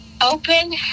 open